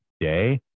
day